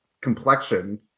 complexion